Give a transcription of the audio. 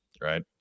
Right